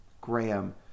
Graham